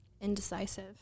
Indecisive